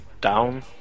down